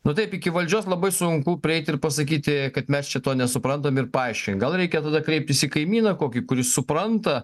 nu taip iki valdžios labai sunku prieiti ir pasakyti kad mes šito nesuprantam ir paaiškink gal reikia tada kreiptis į kaimyną kokį kuris supranta